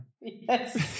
yes